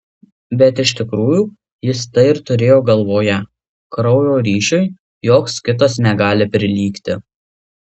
bet iš tikrųjų jis tai ir turėjo galvoje kraujo ryšiui joks kitas negali prilygti